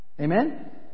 Amen